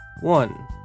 One